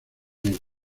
mella